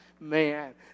Man